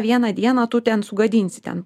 vieną dieną tu ten sugadinsi ten